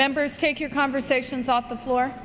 members take your conversations off the floor